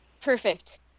Perfect